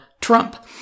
Trump